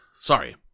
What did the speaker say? Sorry